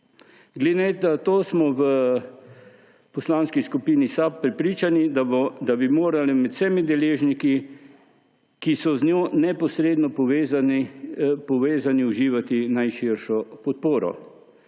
Glede na to smo v Poslanski skupini SAB prepričani, da bi morali med vsemi deležniki, ki so z njo neposredno povezani, uživati najširšo podporo.